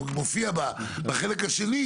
כשהוועדה המחוזית מסכימה כשהרשות לוחצת אותה,